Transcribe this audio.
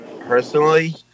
Personally